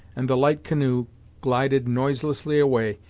and the light canoe glided noiselessly away,